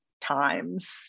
times